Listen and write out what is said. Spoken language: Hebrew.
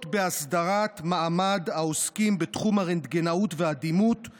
כמעט חצי מיליון איש במדינת ישראל.